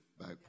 back